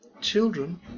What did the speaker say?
children